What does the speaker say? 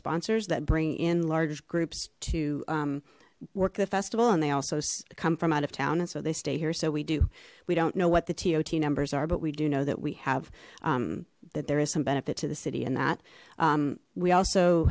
sponsors that bring in large groups to work the festival and they also come from out of town and so they stay here so we do we don't know what the tod numbers are but we do know that we have that there is some benefit to the city in that we also